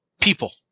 people